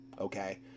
okay